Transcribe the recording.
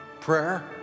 Prayer